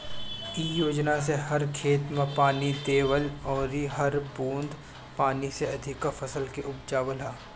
इ योजना से हर खेत में पानी देवल अउरी हर बूंद पानी से अधिका फसल के उपजावल ह